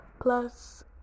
plus